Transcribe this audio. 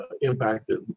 impacted